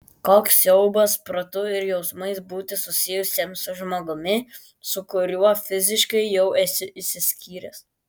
koks siaubas protu ir jausmais būti susijusiam su žmogumi su kuriuo fiziškai jau esi išsiskyręs